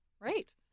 Right